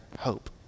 hope